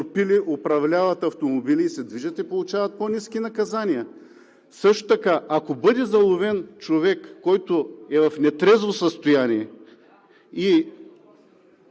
управляват автомобили и се движат, и получават по-ниски наказания? Също така, ако бъде заловен човек, който е в нетрезво състояние и